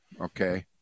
Okay